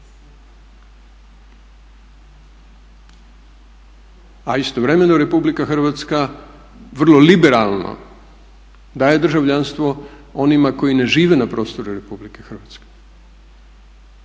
A istovremeno Republika Hrvatska vrlo liberalno daje državljanstvo onima koji ne žive na prostoru Republike Hrvatske.